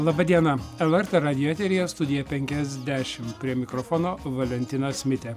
laba diena lrt radijo eteryje studija penkiasdešim prie mikrofono valentinas mitė